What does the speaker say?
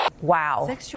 Wow